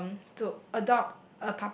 um to adopt